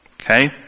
Okay